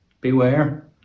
Beware